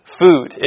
food